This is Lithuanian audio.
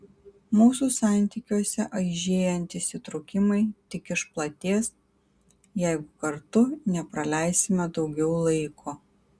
mūsų santykiuose aižėjantys įtrūkimai tik išplatės jeigu kartu nepraleisime daugiau laiko